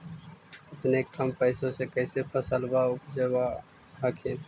अपने कम पैसा से कैसे फसलबा उपजाब हखिन?